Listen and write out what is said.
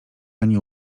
ani